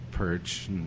Perch